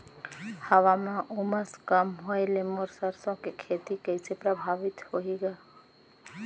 हवा म उमस कम होए ले मोर सरसो के खेती कइसे प्रभावित होही ग?